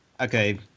okay